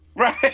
Right